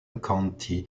county